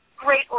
Great